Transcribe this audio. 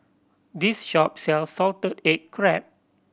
this shop sells salted egg crab